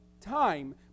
time